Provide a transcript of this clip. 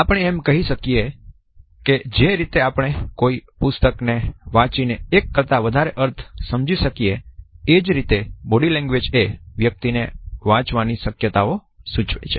આપણે એમ કહી શકીએ કે જે રીતે આપણે કોઈ પુસ્તક ને વાંચી ને એક કરતા વધારે અર્થ સમજી શકીએ એ જ રીતે બોડી લેંગ્વેજ એ વ્યક્તિ ને વાંચવાની શક્યતાઓ સૂચવે છે